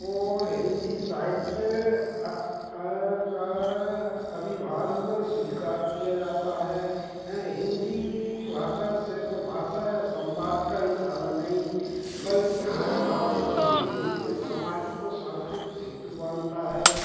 और हिन्दी साहित्य का अभिभार्व स्वीकार किया जाता है हें हिन्दी भाषा सिर्फ भाषा या सम्वाद का ही साधन नहीं बल्कि हर भारतीय के बीच सामाजिक और सांस्कृत सेतु बाँधता है